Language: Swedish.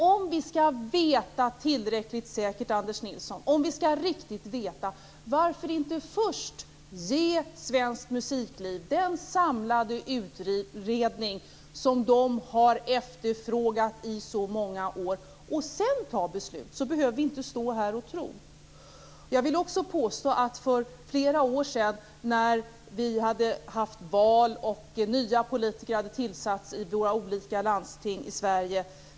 Om vi skall vara tillräckligt säkra, Anders Nilsson, varför då inte först ge svenskt musikliv den samlade utredning som man har efterfrågat i så många år och sedan fatta beslut? Då behöver vi inte stå här och tro. För flera år sedan valdes nya politiker till våra olika landsting i Sverige.